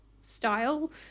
style